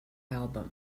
album